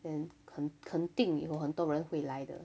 then 肯肯定有很多人回来的